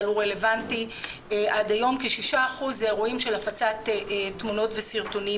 הוא רלוונטי עד היום אלה אירועים של הפצת תמונות וסרטונים